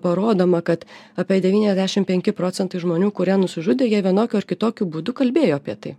parodoma kad apie devyniasdešim penki procentai žmonių kurie nusižudė jie vienokiu ar kitokiu būdu kalbėjo apie tai